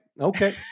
Okay